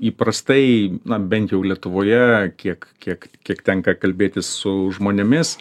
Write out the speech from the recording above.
įprastai na bent jau lietuvoje kiek kiek kiek tenka kalbėtis su žmonėmis